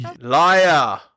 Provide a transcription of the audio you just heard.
Liar